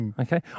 Okay